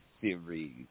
series